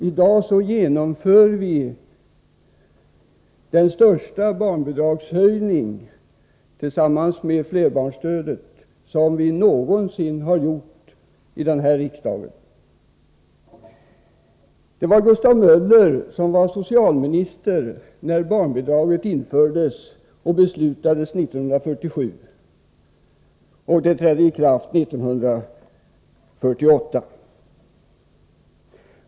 I dag genomför vi den största barnbidragshöjningen, tillsammans med flerbarnsstödet, som någonsin beslutats i denna riksdag. Det var Gustav Möller som var socialminister när beslutet om införande av barnbidrag togs 1947. Det trädde i kraft 1948.